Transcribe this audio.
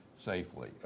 safely